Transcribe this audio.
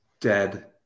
Dead